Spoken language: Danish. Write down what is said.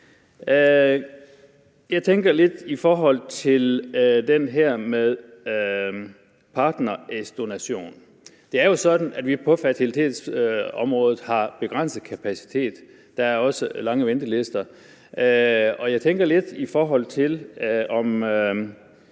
Jeg tænker lidt på noget i forhold til det her med partnerægdonation. Det er jo sådan, at vi på fertilitetsområdet har begrænset kapacitet, der er også lange ventelister, og jeg tænker lidt på, om